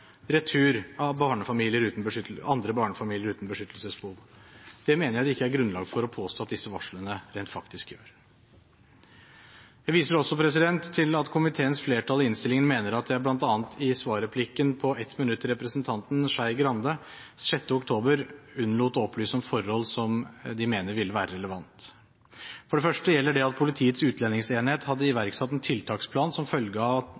retur av andre barnefamilier uten beskyttelsesbehov. Det mener jeg det ikke er grunnlag for å påstå at disse varslene rent faktisk gjør. Jeg viser også til at komiteens flertall i innstillingen mener at jeg bl.a. i svarreplikken på ett minutt til representanten Skei Grande 6. oktober unnlot å opplyse om forhold de mener ville vært relevante. For det første gjelder det at Politiets utlendingsenhet hadde iverksatt en tiltaksplan som ifølge flertallet kunne få konsekvenser for utsending av